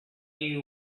you